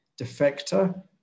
defector